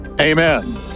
Amen